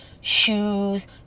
shoes